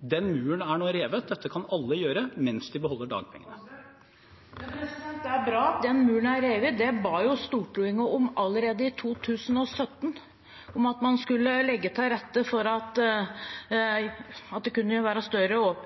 Den muren er nå revet. Dette kan alle gjøre mens de beholder dagpengene. Det blir oppfølgingsspørsmål – først Rigmor Aasrud. Det er bra at den muren er revet. Det ba jo Stortinget om allerede i 2017, at man skulle legge til rette for at man